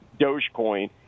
Dogecoin